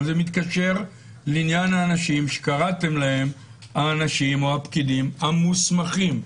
אבל זה מתקשר לעניין האנשים שקראתם להם האנשים או הפקידים המוסמכים.